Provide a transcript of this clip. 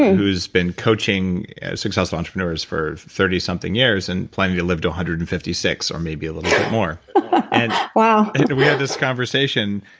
who has been coaching successful entrepreneurs for thirty something years and planning to live to one hundred and fifty six or maybe a little bit more and wow and we had this conversation,